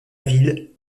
ville